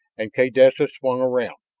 and kaydessa swung around,